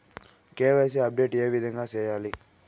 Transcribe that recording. KYC update ఏ విధంగా సేయాలి?